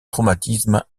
traumatisme